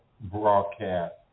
broadcast